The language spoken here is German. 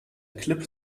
clip